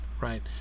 right